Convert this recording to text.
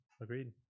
Agreed